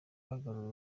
bagarura